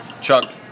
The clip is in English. Chuck